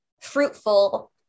fruitful